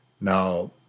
Now